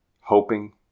hoping